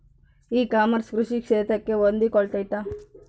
E commerce ಕೃಷಿ ಕ್ಷೇತ್ರಕ್ಕೆ ಹೊಂದಿಕೊಳ್ತೈತಾ?